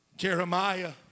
Jeremiah